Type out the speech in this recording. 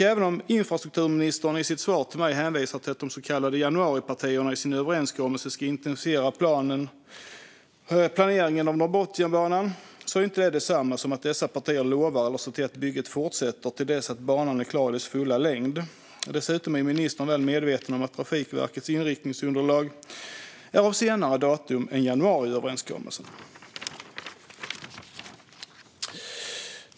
Även om infrastrukturministern i sitt svar till mig hänvisar till att de så kallade januaripartierna i sin överenskommelse ska intensifiera planeringen av Norrbotniabanan är detta inte detsamma som att partierna lovar att se till att bygget fortsätter till dess att banan är klar i dess fulla längd. Ministern är dessutom väl medveten om att Trafikverkets inriktningsunderlag är av senare datum än januariöverenskommelsen.